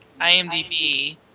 IMDb